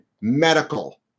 medical